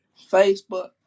Facebook